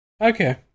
Okay